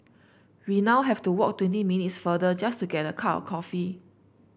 we now have to walk twenty minutes farther just to get a cup of coffee